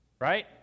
Right